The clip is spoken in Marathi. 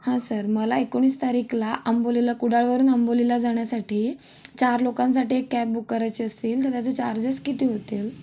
हां सर मला एकोणीस तारीखला आंबोलीला कुडाळवरून आंबोलीला जाण्यासाठी चार लोकांसाठी एक कॅब बुक करायची असतील तर त्याचे चार्जेस किती होतील